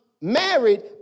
married